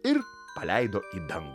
ir paleido į dangų